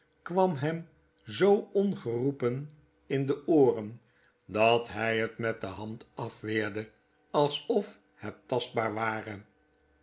kwam hem zoo ongeroepen in de ooren dat hy het met de hand afweerde alsof het tastbaar ware